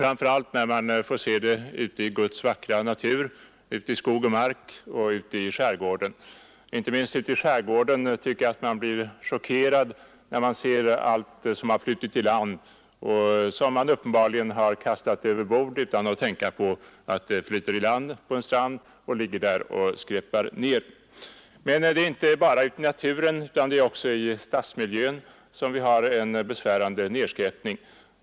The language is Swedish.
När man ser allt bortslängt skräp som ligger i Guds vackra natur, i skog och mark och som flutit i land längs stränderna i vår skärgård blir man chockerad. Uppenbarligen har detta skräp längs stränderna i vår skärgård kastats över bord från båtar och fartyg utan att vederbörande tänkt på att det så småningom flyter i land på en strand där det sedan blir liggande. Men det är inte bara i naturen utan även i stadsmiljön som det råder en besvärande nedskräpning.